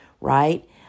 right